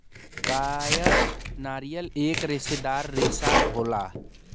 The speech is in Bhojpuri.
कायर नारियल एक रेसेदार रेसा होला